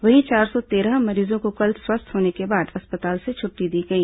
वहीं चार सौ तेरह मरीजों को कल स्वस्थ होने के बाद अस्पताल से छुट्टी दी गई